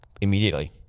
immediately